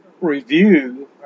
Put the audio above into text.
review